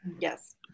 Yes